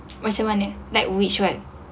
macam mana like which what